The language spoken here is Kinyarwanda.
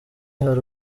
hari